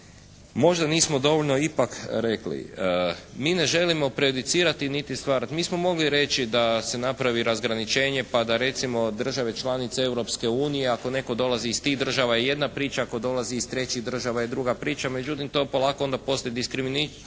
možda nismo dovoljno ipak rekli. Mi ne želimo prejudicirati niti stvar. Mi smo mogli reći da se napravi razgraničenje pa da recimo države članice Europske unije ako netko dolazi iz tih država je jedna priča, ako dolazi iz trećih država je druga priča. Međutim, to polako onda postaje diskriminirajuća